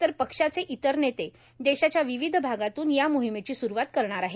तर पक्षाचे इतर नेते देशाच्या विविध भागांतून या मोहिमेची सुरूवात करणार आहेत